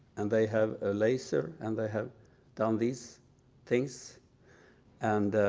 and they have a laser and they have done these things and